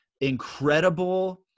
incredible